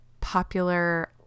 popular